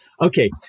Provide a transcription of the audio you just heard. Okay